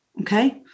Okay